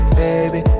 baby